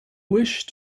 wish